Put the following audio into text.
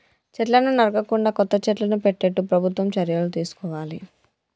చెట్లను నరకకుండా కొత్త చెట్లను పెట్టేట్టు ప్రభుత్వం చర్యలు తీసుకోవాలి